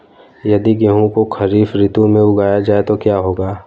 यदि गेहूँ को खरीफ ऋतु में उगाया जाए तो क्या होगा?